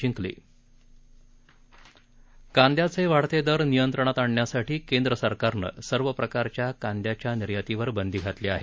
जिंकली कांदयाचे वाढते दर नियंत्रणात आणण्यासाठी केंद्र सरकारनं सर्व प्रकारच्या कांदयाच्या निर्यातीवर बंदी घातली आहे